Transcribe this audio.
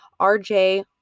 RJ